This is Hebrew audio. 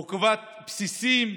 להקמת בסיסים,